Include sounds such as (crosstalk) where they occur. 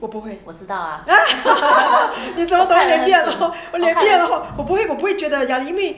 我不会 (laughs) 脸皮很厚我脸皮很我不会不会觉得有压力因为